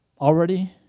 already